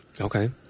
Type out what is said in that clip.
Okay